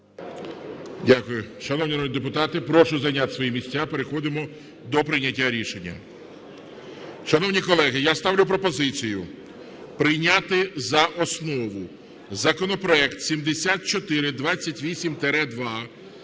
Дякую. Шановні народні депутати, прошу зайняти свої місця. Переходимо до прийняття рішення. Шановні колеги, я ставлю пропозицію прийняти за основу законопроект 7428-2.